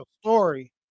story